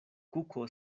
kuko